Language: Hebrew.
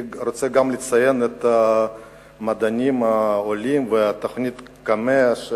אני רוצה לציין גם את המדענים העולים ואת תוכנית קמ"ע.